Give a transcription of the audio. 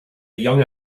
young